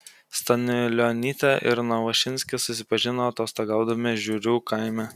staniulionytė ir novošinskis susipažino atostogaudami žiurių kaime